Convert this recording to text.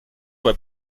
were